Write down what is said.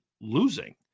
losing